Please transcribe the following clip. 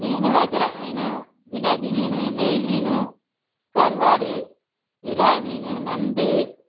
மீன் வஞ்சிரம் மீன் ஜிலேபி மீன் நெய் மீன் கருவாடு விரால் மீன் நண்டு